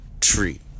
tree